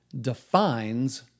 defines